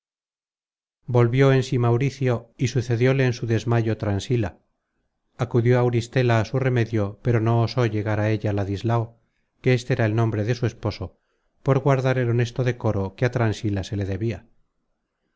volvió en sí mauricio y sucedióle en su desmayo transila acudió auristela á su remedio pero no osó llegar á ella ladislao que éste era el nombre de su esposo por guardar el honesto decoro que á transila se le debia